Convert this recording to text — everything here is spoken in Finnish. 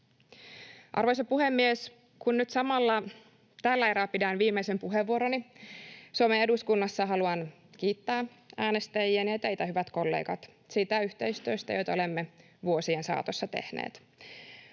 Arvoisa puhemies! Kun nyt samalla tällä erää pidän viimeisen puheenvuoroni Suomen eduskunnassa, haluan kiittää äänestäjiäni ja teitä, hyvät kollegat, siitä yhteistyöstä, jota olemme vuosien saatossa tehneet.